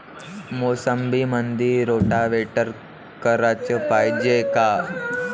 मोसंबीमंदी रोटावेटर कराच पायजे का?